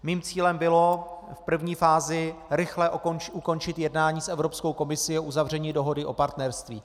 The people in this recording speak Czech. Mým cílem bylo v první fázi rychle ukončit jednání s Evropskou komisí o uzavření dohody o partnerství.